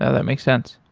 ah that makes sense.